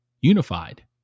unified